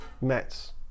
Mets